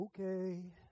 Okay